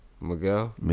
Miguel